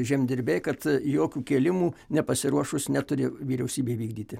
žemdirbiai kad jokių kėlimų nepasiruošus neturi vyriausybė įvykdyti